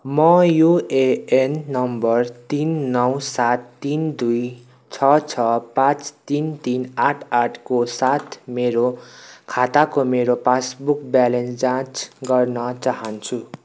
म UAN number तिन नौ सात तिन दुई छ छ पाँच तिन तिन आठ आठको साथ मेरो खाताको मेरो पास बुक ब्यालेन्स जाँच गर्न चाहन्छु